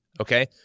Okay